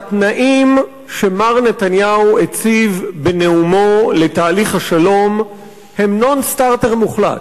שהתנאים שמר נתניהו הציב בנאומו לתהליך השלום הם "נון-סטרטר" מוחלט.